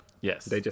Yes